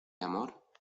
amor